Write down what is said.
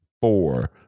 four